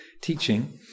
teaching